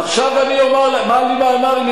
מה לי ולאמהרית,